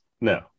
No